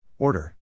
Order